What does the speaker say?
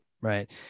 Right